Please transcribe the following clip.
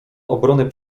obrony